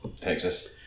Texas